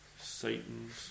Satan's